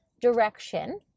direction